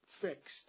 fixed